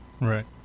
Right